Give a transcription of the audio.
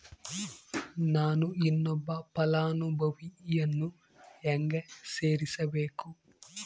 ನಾನು ಇನ್ನೊಬ್ಬ ಫಲಾನುಭವಿಯನ್ನು ಹೆಂಗ ಸೇರಿಸಬೇಕು?